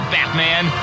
Batman